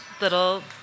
little